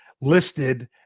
listed